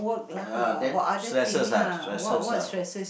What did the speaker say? ah then stresses ah stresses out